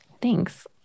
Thanks